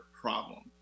problem